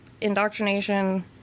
indoctrination